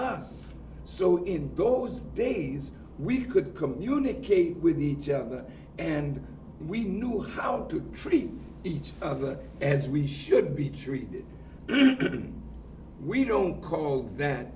us so in those days we could communicate with each other and we knew how to treat each other as we should be treated we don't call that